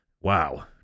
Wow